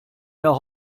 herr